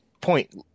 point